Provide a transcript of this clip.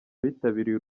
bitabiriye